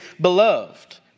beloved